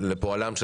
לפועלם של